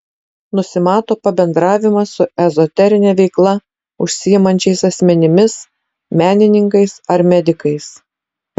nusimato pabendravimas su ezoterine veikla užsiimančiais asmenimis menininkais ar medikais